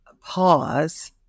pause